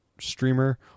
streamer